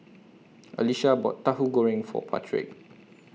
Alicia bought Tahu Goreng For Patrick